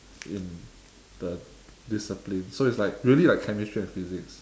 in the discipline so it's like really like chemistry and physics